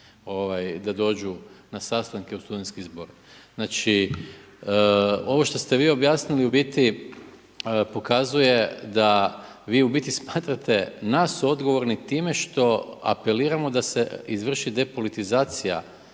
da dođu na sastanke u studentski zbor. Znači, ovo što ste vi objasnili u biti pokazuje da vi u biti smatrate nas odgovorni tim što apeliramo da se izvrši depolitizacija